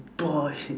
boy